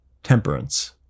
Temperance